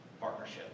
partnership